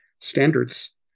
standards